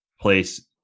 place